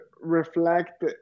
reflect